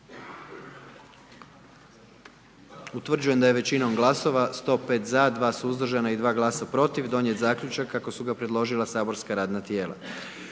Utvrđujem da je većinom glasova, 76 za, 10 suzdržanih i 9 protiv donijet zaključak kako su je predložilo matično saborsko radno tijelo.